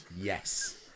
Yes